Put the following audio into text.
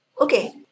okay